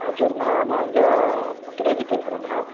ஆ சரிண்ணா நான் இங்கே முத்துராஜ் பேசுறண்ணா